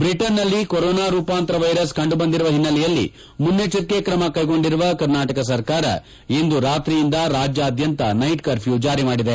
ಬ್ರಿಟನ್ನಲ್ಲಿ ಕೊರೋನಾ ರೂಪಾಂತರ ವೈರಸ್ ಕಂಡುಬಂದಿರುವ ಹಿನ್ನೆಲೆಯಲ್ಲಿ ಮುನ್ನೆಚ್ಚರಿಕೆ ಕ್ರಮ ಕೈಗೊಂಡಿರುವ ಕರ್ನಾಟಕ ಸರ್ಕಾರ ಇಂದು ರಾತ್ರಿಯಿಂದ ರಾಜ್ಯಾದ್ಯಂತ ನೈಟ್ ಕರ್ಫ್ಯೂ ಜಾರಿ ಮಾಡಿದೆ